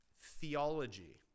theology